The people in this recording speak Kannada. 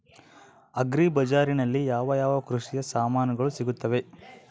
ಅಗ್ರಿ ಬಜಾರಿನಲ್ಲಿ ಯಾವ ಯಾವ ಕೃಷಿಯ ಸಾಮಾನುಗಳು ಸಿಗುತ್ತವೆ?